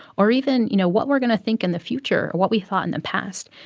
or even, you know, what we're going to think in the future or what we thought in the past.